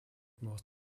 most